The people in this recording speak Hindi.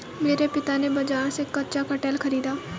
मेरे पिता ने बाजार से कच्चा कटहल खरीदा